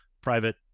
private